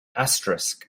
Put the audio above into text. asterisk